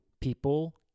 people